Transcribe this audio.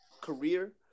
career